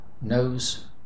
knows